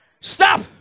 Stop